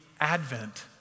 advent